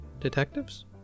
detectives